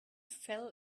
fell